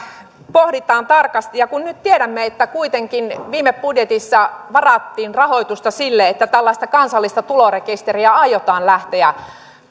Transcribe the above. pohditaan tarkasti ja kun nyt tiedämme että kuitenkin viime budjetissa varattiin rahoitusta siihen että tällaista kansallista tulorekisteriä aiotaan lähteä